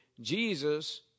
Jesus